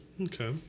Okay